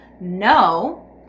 no